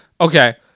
Okay